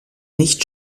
nicht